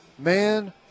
Man